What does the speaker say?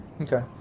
Okay